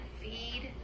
feed